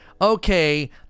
okay